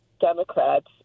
Democrats